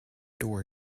door